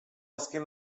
azken